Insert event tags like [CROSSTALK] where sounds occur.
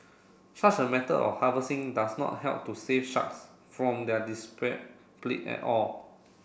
such a method of harvesting does not help to save sharks from their [UNINTELLIGIBLE] at all